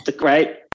Right